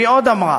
והיא עוד אמרה: